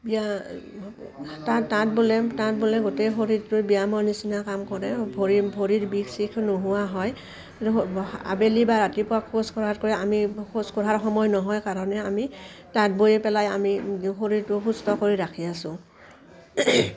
বিয়া তা তাঁত বোলে তাঁত বোলে গোটেই শৰীৰটোৰ ব্যায়ামৰ নিচিনা কাম কৰে ভৰি ভৰিৰ বিষ চিষ নোহোৱা হয় আবেলি বা ৰাতিপুৱা খোজ কঢ়াতকৈ আমি খোজ কঢ়াৰ সময় নহয় কাৰণে আমি তাঁত বৈ পেলাই আমি শৰীৰটো সুস্থ কৰি ৰাখি আছোঁ